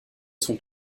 son